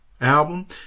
album